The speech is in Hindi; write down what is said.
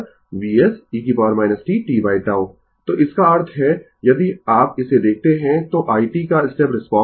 तो यह करंट प्लॉट है और यह वोल्टेज प्लॉट है जिसके लिए आप उसे कहते है R L सर्किट है स्टेप इनपुट